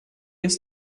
ist